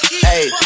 Hey